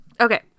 okay